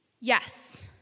yes